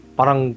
Parang